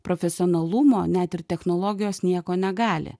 profesionalumo net ir technologijos nieko negali